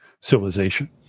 civilization